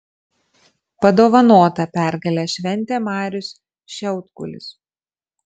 padovanotą pergalę šventė marius šiaudkulis